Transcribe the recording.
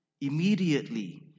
Immediately